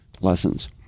lessons